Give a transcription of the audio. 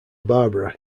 barbara